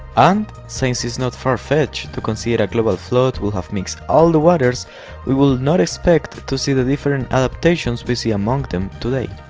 and since is not far-fetched to consider a global flood would have mix all the waters we would not expect to see the different adaptations we see among them today,